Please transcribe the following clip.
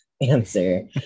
answer